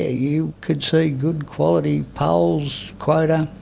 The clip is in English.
ah you could see good quality poles, quota,